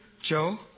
Joe